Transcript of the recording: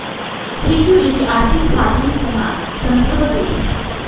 security आर्थिक साधनसना संदर्भ देस